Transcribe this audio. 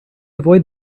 avoid